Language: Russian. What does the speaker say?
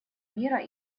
мира